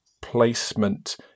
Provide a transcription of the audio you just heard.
placement